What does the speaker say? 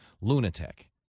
lunatic